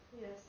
Yes